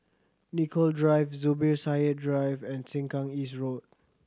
Nicoll Drive Zubir Said Drive and Sengkang East Road